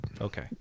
Okay